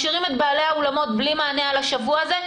משאירים את בעלי האולמות בלי מענה על השבוע הזה,